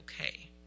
okay